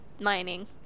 mining